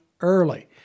early